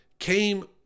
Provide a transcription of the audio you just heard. came